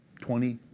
twenty,